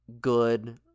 good